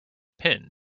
pin